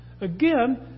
Again